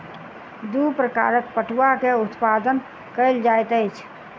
दू प्रकारक पटुआ के उत्पादन कयल जाइत अछि